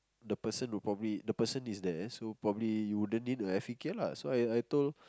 the person would probably the person is there so probably you wouldn't need a care lah so I I told